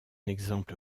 exemple